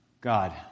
God